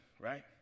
right